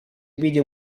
video